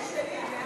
של חברת הכנסת איילת